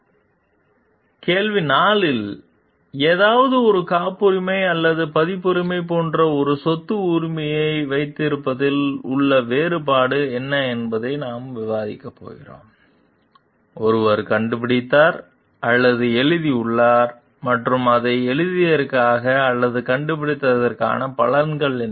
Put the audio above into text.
கேள்வி 4 இல் ஏதாவது ஒரு காப்புரிமை அல்லது பதிப்புரிமை போன்ற ஒரு சொத்து உரிமையை வைத்திருப்பதில் உள்ள வேறுபாடு என்ன என்பதை நாம் விவாதிக்கப் போகிறோம் ஒருவர் கண்டுபிடித்தார் அல்லது எழுதியுள்ளார் மற்றும் அதை எழுதியதற்காக அல்லது கண்டுபிடித்ததற்காக பலன் என்ன